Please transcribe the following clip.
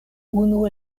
unu